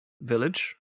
village